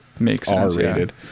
R-rated